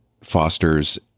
fosters